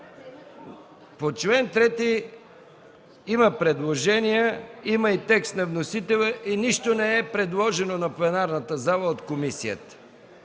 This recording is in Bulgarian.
по чл. 3 има предложения, има и текст на вносителя, и нищо не е предложено на пленарната зала от комисията.